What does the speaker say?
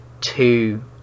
two